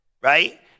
Right